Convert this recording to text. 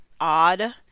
odd